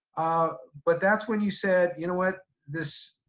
ah but that's when you said, you know what? this,